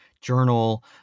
journal